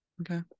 Okay